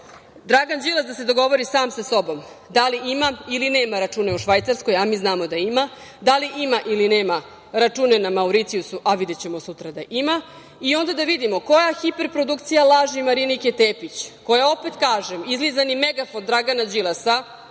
Dragan Đilas da se dogovori sam sa sobom da li ima ili nema račune u Švajcarskoj, a mi znamo da ima, da li ima ili nema račune na Mauricijusu, a videćemo sutra da ima, i onda da vidimo koja hiperprodukcija laži Marinike Tepić, koja opet, kažem, izlizanim megafon Dragana Đilasa